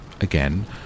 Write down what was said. Again